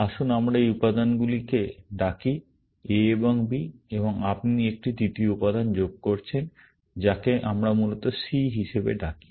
আসুন আমরা এই উপাদানগুলিকে ডাকি A এবং B এবং আপনি একটি তৃতীয় উপাদান যোগ করছেন যাকে আমরা মূলত C হিসাবে ডাকি